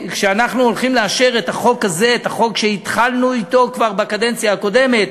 כשאנחנו הולכים לאשר את החוק הזה שהתחלנו בו כבר בקדנציה הקודמת,